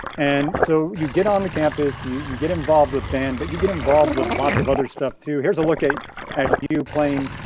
and so you get on the campus, you you get involved with band, but you get involved with lots of other stuff, too. here's a look at you playing